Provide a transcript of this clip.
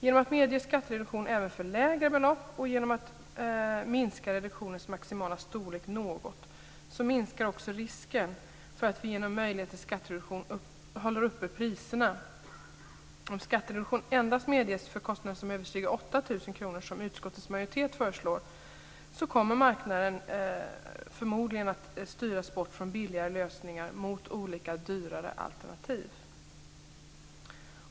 Genom att medge skattereduktion även för lägre belopp och genom att minska reduktionens maximala storlek något minskar också risken för att vi genom möjligheten till skattereduktion håller uppe priserna. Om skattereduktion medges endast för kostnader som överstiger 8 000 kr, som utskottets majoritet föreslår, kommer marknaden förmodligen att styras bort från billigare lösningar mot olika dyrare alternativ.